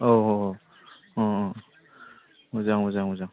औ औ औ अ अ मोजां मोजां मोजां